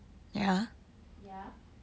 yeah